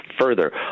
further